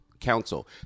Council